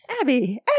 Abby